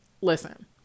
listen